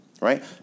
right